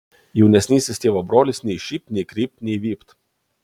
jaunesnysis tėvo brolis nei šypt nei krypt nei vypt